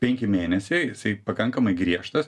penki mėnesiai jisai pakankamai griežtas